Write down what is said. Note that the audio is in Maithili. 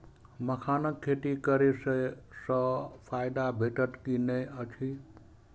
मखानक खेती करे स फायदा भेटत की नै अछि?